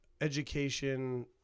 education